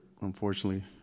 Unfortunately